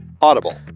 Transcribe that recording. audible